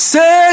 Say